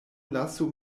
lasu